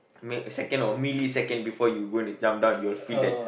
m~ second or millisecond before you going to jump down you will feel that